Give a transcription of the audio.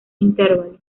intervalo